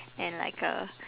and like a